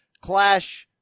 Clash